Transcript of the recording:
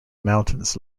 mountains